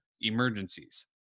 emergencies